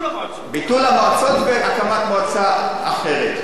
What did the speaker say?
ביטול המועצות והקמת מועצה אחרת,